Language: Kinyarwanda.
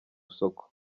isoko